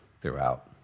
throughout